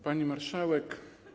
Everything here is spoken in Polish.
Pani Marszałek!